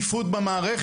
שתהיה שקיפות במערכת.